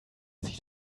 sich